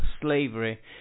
slavery